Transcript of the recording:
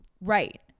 right